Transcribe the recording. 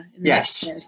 yes